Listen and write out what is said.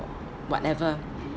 whatever